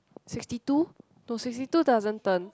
sixty two to sixty two doesn't turn